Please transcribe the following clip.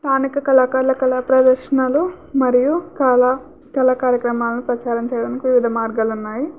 స్థానిక కళాకారుల కళా ప్రదర్శనలు మరియు కళా కళా కార్యక్రమాలను ప్రచారం చేయడానికి వివిధ మార్గాలు ఉన్నాయి